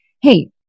Hey